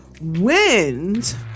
wind